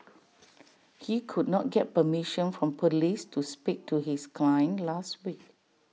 he could not get permission from Police to speak to his client last week